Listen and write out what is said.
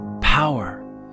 power